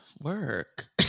work